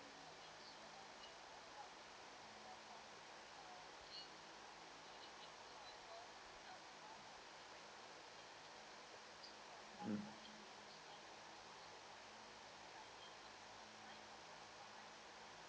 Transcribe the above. mm